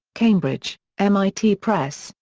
cambridge mit press,